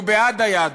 הוא בעד היהדות.